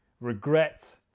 regret